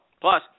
Plus